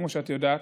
כמו שאת יודעת,